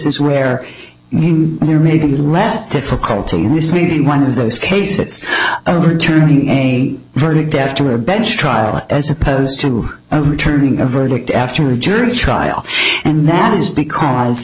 there may be less difficulty and this may be one of those cases overturning a verdict after a bench trial as opposed to overturning a verdict after a jury trial and that is because